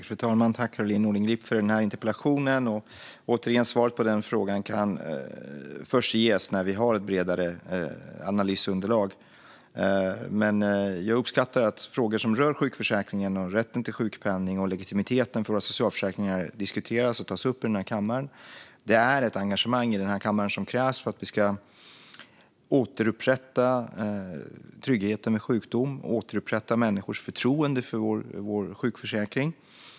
Fru talman! Tack, Caroline Nordengrip, för interpellationen! Återigen: Svaret på frågan kan ges först när vi har ett bredare analysunderlag. Men jag uppskattar att frågor som rör sjukförsäkringen, rätten till sjukpenning och legitimiteten för våra socialförsäkringar diskuteras och tas upp i den här kammaren. Det är ett engagemang i den här kammaren som krävs för att vi ska återupprätta tryggheten vid sjukdom och återupprätta människors förtroende för vår sjukförsäkring.